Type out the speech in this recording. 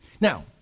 Now